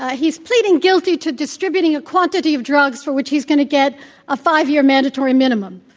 ah he's pleading guilty to distributing a quantity of drugs for which he's going to get a five-year mandatory minimum.